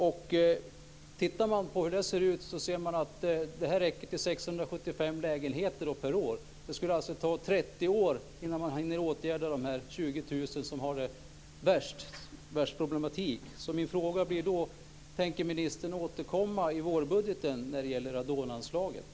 Om man tittar på hur det ser ut ser man att det här räcker till 675 lägenheter per år. Det skulle alltså ta 30 år innan man hinner åtgärda de 20 000 lägenheter som det är störst problem med. Min fråga blir då: Tänker ministern återkomma i vårbudgeten när det gäller radonanslaget?